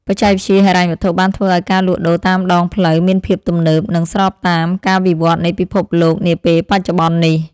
បច្ចេកវិទ្យាហិរញ្ញវត្ថុបានធ្វើឱ្យការលក់ដូរតាមដងផ្លូវមានភាពទំនើប និងស្របតាមការវិវត្តនៃពិភពលោកនាពេលបច្ចុប្បន្ននេះ។